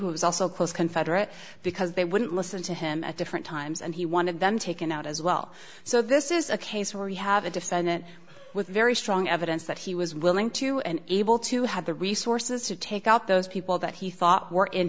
was also close confederate because they wouldn't listen to him at different times and he wanted them taken out as well so this is a case where you have a defendant with very strong evidence that he was willing to and able to have the resources to take out those people that he thought were in